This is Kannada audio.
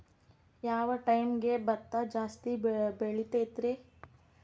ಯಾವ ಟೈಮ್ಗೆ ಭತ್ತ ಜಾಸ್ತಿ ಬೆಳಿತೈತ್ರೇ?